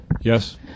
Yes